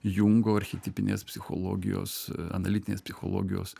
jungo archetipinės psichologijos analitinės psichologijos